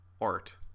art